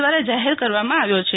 દ્વારા જાહેર કરવામાં આવ્યા છે